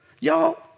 Y'all